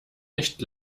nicht